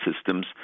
systems